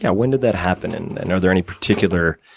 yeah when did that happen, and are there any particular,